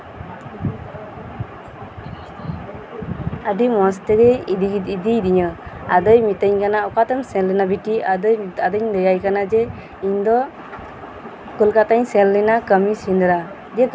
ᱟᱹᱰᱤ ᱢᱚᱸᱡ ᱛᱮᱜᱮᱭ ᱤᱫᱤ ᱠᱤᱫᱤᱧᱟ ᱟᱫᱚᱭ ᱢᱤᱛᱤᱧ ᱠᱟᱱᱟ ᱚᱠᱟ ᱛᱮᱢ ᱥᱮᱱ ᱞᱮᱱᱟ ᱵᱤᱴᱤ ᱟᱫᱚᱧ ᱢᱮᱛᱟᱭ ᱠᱟᱱᱟ ᱠᱳᱞᱠᱟᱛᱟᱧ ᱥᱮᱱ ᱞᱮᱱᱟ ᱠᱟᱹᱢᱤ ᱥᱮᱸᱫᱽᱨᱟ